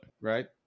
Right